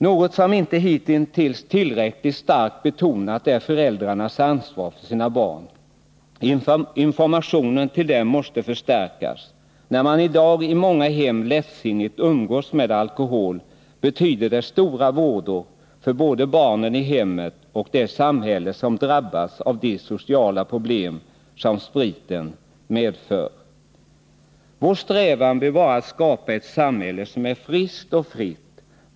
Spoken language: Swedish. Något som inte hittills tillräckligt starkt betonats är föräldrarnas ansvar för sina barn. Informationen till föräldrarna måste förstärkas. När man i dag i många hem lättsinnigt umgås med alkohol innebär det stora vådor för både barnen i hemmet och det samhälle som drabbas av de sociala problem som spriten medför. Vår strävan bör vara att skapa ett samhälle som är friskt och fritt.